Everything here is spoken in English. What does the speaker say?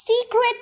Secret